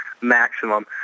maximum